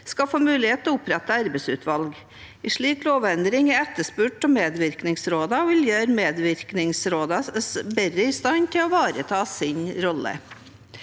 skal få mulighet til å opprette arbeidsutvalg. En slik lovendring er etterspurt av medvirkningsrådene og vil gjøre medvirkningsrådene bedre i stand til å ivareta sin rolle.